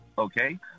Okay